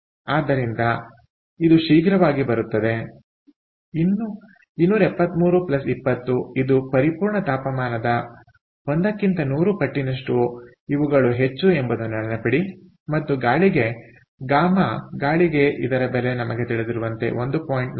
ಆದ್ದರಿಂದ ಇದು ಶೀಘ್ರವಾಗಿ ಬರುತ್ತದೆ 273 20 ಇದು ಪರಿಪೂರ್ಣ ತಾಪಮಾನದ ಒಂದಕ್ಕಿಂತ ನೂರು ಪಟ್ಟಿನಷ್ಟು ಇವುಗಳು ಹೆಚ್ಚು ಎಂಬುದನ್ನು ನೆನಪಿಡಿ ಮತ್ತು ಗಾಳಿಗೆ γ ಗಾಳಿಗೆ ಇದರ ಬೆಲೆ ನಮಗೆ ತಿಳಿದಿರುವಂತೆ 1